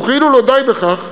וכאילו לא די בכך,